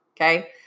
okay